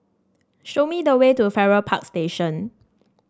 show me the way to Farrer Park Station